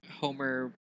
Homer